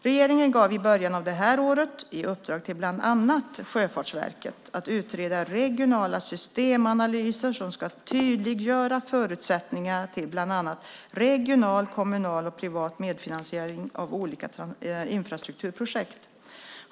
Regeringen gav i början av det här året i uppdrag till bland annat Sjöfartsverket att utveckla regionala systemanalyser som ska tydliggöra förutsättningarna för bland annat regional, kommunal och privat medfinansiering av olika infrastrukturprojekt.